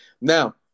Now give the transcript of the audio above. Now